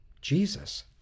Jesus